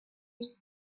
was